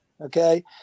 Okay